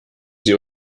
sie